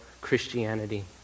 Christianity